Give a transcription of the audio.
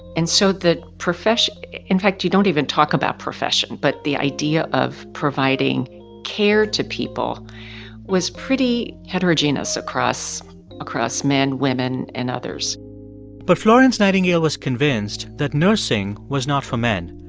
and so the profession in fact, you don't even talk about profession. but the idea of providing care to people was pretty heterogeneous across across men, women and others but florence nightingale was convinced that nursing was not for men.